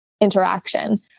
interaction